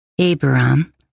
Abraham